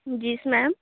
जीस मैम